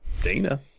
Dana